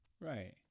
Right